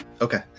Okay